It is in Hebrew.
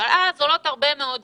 עולות הרבה מאוד שאלות: